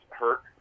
hurt